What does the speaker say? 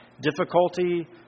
difficulty